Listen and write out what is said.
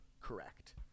correct